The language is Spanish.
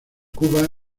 cuba